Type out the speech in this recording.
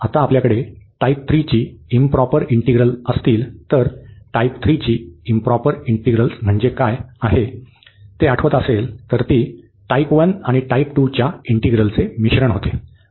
आता आपल्याकडे टाईप 3 ची इंप्रॉपर इंटिग्रल असतील तर टाईप 3 ची इंप्रॉपर इंटिग्रल म्हणजे काय आहे ते आठवत असेल तर ते टाईप 1 आणि टाईप 2 च्या इंटिग्रलचे मिश्रण होते